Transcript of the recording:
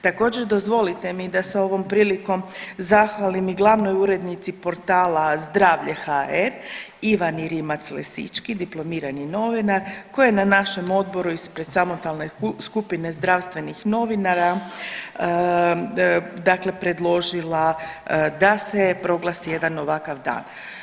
Također dozvolite mi da se ovom prilikom zahvalim i glavnoj urednici portala Zdravlje.hr Ivani Rimac Lesički, dipl.novinar koja je na našem odboru ispred samostalne skupine zdravstvenih novinara dakle predložila da se proglasi jedan ovakav dan.